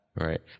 Right